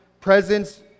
presence